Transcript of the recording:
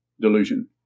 delusion